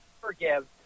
forgive